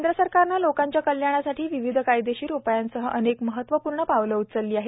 केंद्र सरकारने लोकांच्या कल्याणासाठी विविध कायदेशीर उपायांसह अनेक महत्त्वपूर्ण पावले उचलली आहेत